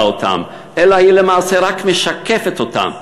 אותם אלא היא למעשה רק משקפת אותם.